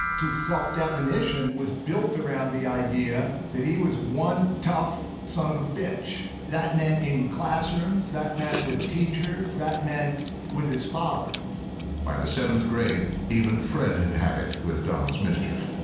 his self-definition was built around the idea that he was one tough son of a bitch. that meant in classrooms, that meant with teachers, that meant with his father. narrator by the seventh grade, even fred had had it with donald's mischief.